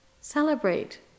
celebrate